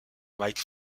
mike